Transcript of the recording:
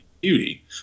Beauty